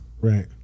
Right